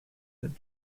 that